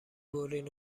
برین